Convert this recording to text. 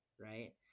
right